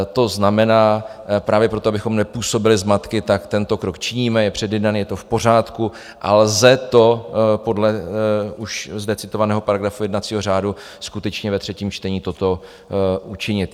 To znamená, právě proto, abychom nepůsobili zmatky, tento krok činíme, je předjednán, je to v pořádku a lze to podle už zde citovaného paragrafu jednacího řádu skutečně ve třetím čtení toto učinit.